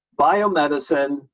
biomedicine